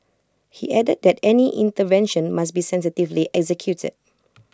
he added that any intervention must be sensitively executed